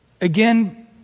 again